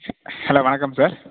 hello வணக்கம் sir